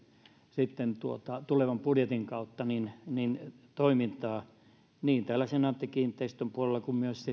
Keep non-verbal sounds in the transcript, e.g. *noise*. sitten tulevan budjetin kautta toimintaa niin senaatti kiinteistöjen puolella kuin myös *unintelligible*